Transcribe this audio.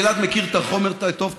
גלעד מכיר את החומר טוב,